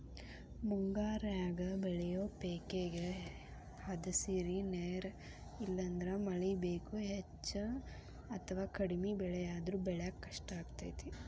ಮುಂಗಾರ್ಯಾಗ ಬೆಳಿಯೋ ಪೇಕೇಗೆ ಹದಸಿರಿ ನೇರ ಇಲ್ಲಂದ್ರ ಮಳಿ ಬೇಕು, ಹೆಚ್ಚ ಅಥವಾ ಕಡಿಮೆ ಮಳೆಯಾದ್ರೂ ಬೆಳ್ಯಾಕ ಕಷ್ಟಾಗ್ತೇತಿ